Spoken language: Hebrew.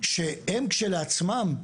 שהם כשלעצמם,